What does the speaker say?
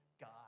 God